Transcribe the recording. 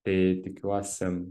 tai tikiuosi